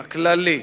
הכללי,